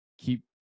Keep